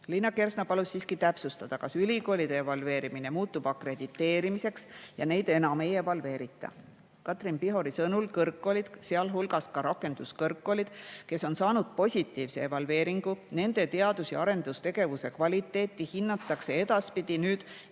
Liina Kersna palus siiski täpsustada, kas ülikoolide evalveerimine muutub akrediteerimiseks ja neid enam ei evalveerita. Katrin Pihori sõnul kõrgkoolide, sealhulgas ka rakenduskõrgkoolide puhul, kes on saanud positiivse evalveeringu, hinnatakse teadus- ja arendustegevuse kvaliteeti edaspidi